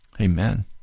Amen